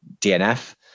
DNF